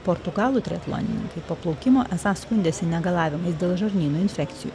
portugalų triatlonininkai po plaukimo esą skundėsi negalavimais dėl žarnyno infekcijų